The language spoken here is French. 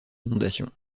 inondations